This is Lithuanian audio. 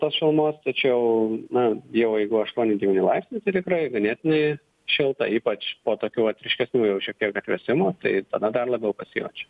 tos šilumos tačiau na jau jeigu aštuoni devyni laipsniai tai tikrai ganėtinai šilta ypač po tokių vat ryškesnių jau šiek tiek atvėsimų tai tada dar labiau pasijaučia